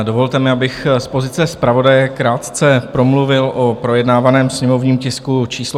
Dovolte mi, abych z pozice zpravodaje krátce promluvil o projednávaném sněmovním tisku číslo 392.